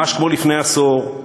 ממש כמו לפני עשור,